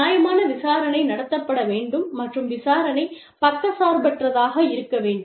நியாயமான விசாரணை நடத்தப்பட வேண்டும் மற்றும் விசாரணை பக்கச்சார்பற்றதாக இருக்க வேண்டும்